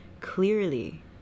clearly